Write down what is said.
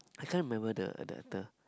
I can't remember the the the